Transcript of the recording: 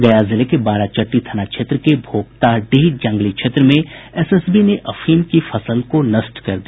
गया जिले के बाराचट्टी थाना क्षेत्र के भोक्ताडीह जंगली क्षेत्र में एसएसबी ने अफीम की फसल को नष्ट कर दिया